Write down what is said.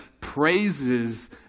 praises